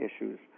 issues